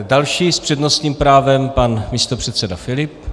Další s přednostním právem pan místopředseda Filip.